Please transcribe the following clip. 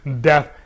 death